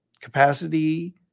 capacity